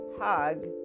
hug